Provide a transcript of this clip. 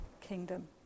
kingdom